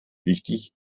wichtig